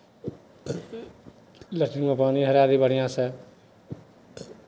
लेट्रिंगमे पानी हेरा दही बढ़िआँसँ